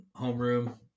homeroom